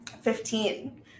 Fifteen